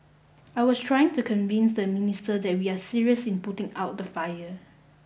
I was trying to convince the minister that we are serious in putting out the fire